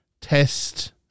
test